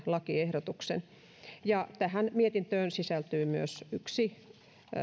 lakiehdotuksen tähän mietintöön sisältyy myös yksi